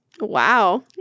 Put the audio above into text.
Wow